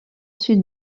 sud